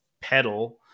pedal